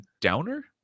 downer